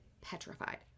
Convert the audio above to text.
petrified